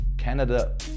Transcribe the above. canada